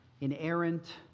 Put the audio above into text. inerrant